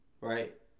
Right